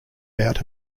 out